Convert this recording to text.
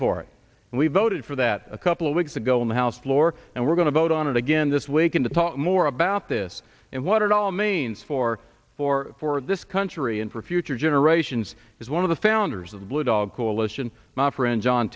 for it and we voted for that a couple of weeks ago in the house floor and we're going to vote on it again this weekend to talk more or about this and what it all means for for for this country and for future generations is one of the founders of the blue dog coalition my friend john